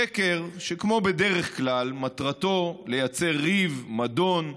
שקר שכמו בדרך כלל מטרתו לייצר ריב, מדון,